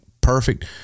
perfect